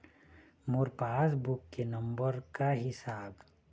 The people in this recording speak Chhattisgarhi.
मोर पास बुक के नंबर का ही साहब?